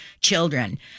children